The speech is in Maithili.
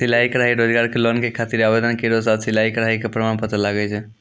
सिलाई कढ़ाई रोजगार के लोन के खातिर आवेदन केरो साथ सिलाई कढ़ाई के प्रमाण पत्र लागै छै?